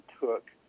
took